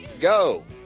go